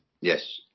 Yes